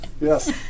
Yes